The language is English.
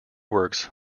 works